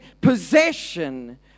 possession